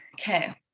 Okay